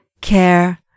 care